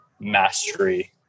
mastery